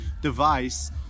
device